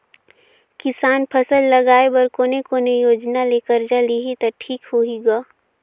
किसान फसल लगाय बर कोने कोने योजना ले कर्जा लिही त ठीक होही ग?